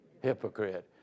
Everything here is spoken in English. Hypocrite